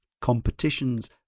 competitions